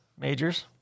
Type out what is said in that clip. majors